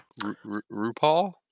RuPaul